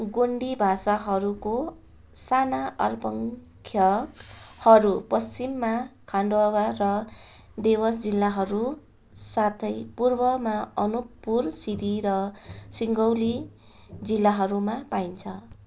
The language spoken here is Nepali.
गोन्डी भाषाहरूको साना अल्पसङ्ख्यहरू पश्चिममा खान्डवा र देवास जिल्लाहरू साथै पूर्वमा अनुपपुर सिदी र सिङ्गौली जिल्लाहरूमा पाइन्छ